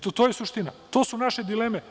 To je suština i to su naše dileme.